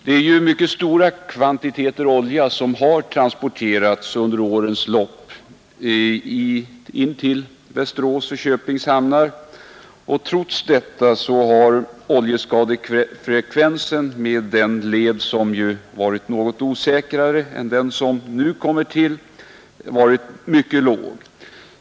Det är mycket stora kvantiteter olja som under årens lopp har transporterats in till Västerås och Köpings hamnar, men trots detta har oljeskadefrekvensen i den nuvarande leden — som ju har varit något osäkrare än den som nu kommer till — varit mycket låg.